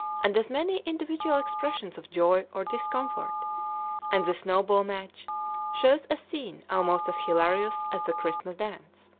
and as many individual expressions of joy or discomfort and the snowball match shows a scene almost as hilarious as the christmas dance.